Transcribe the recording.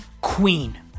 queen